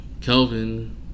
Kelvin